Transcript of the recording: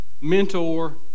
mentor